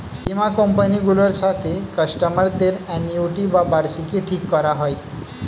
বীমা কোম্পানি গুলোর সাথে কাস্টমার দের অ্যানুইটি বা বার্ষিকী ঠিক করা হয়